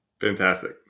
Fantastic